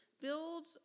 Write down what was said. build